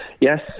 Yes